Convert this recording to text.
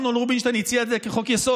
אמנון רובינשטיין הציע את זה כחוק-יסוד,